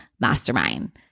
Mastermind